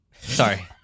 Sorry